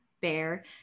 bear